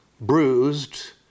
bruised